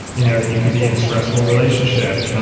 you know you could be in a stressful relationship,